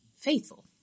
faithful